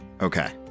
okay